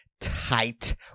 tight